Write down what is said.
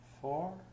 four